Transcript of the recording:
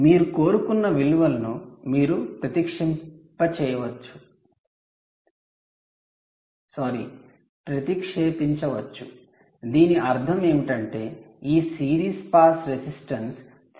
మీరు కోరుకున్న విలువలను మీరు ప్రతిక్షేపించవచ్చు దీని అర్థం ఏమిటంటే ఈ సిరీస్ పాస్ రెసిస్టెన్స 3